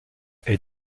est